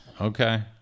Okay